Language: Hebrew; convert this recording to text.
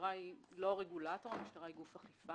המשטרה היא לא הרגולטור אלא היא גוף אכיפה.